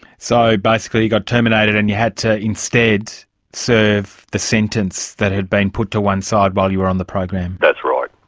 basically you got terminated and you had to instead serve the sentence that had been put to one side while you were on the program? that's right,